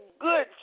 good